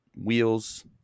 wheels